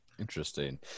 Interesting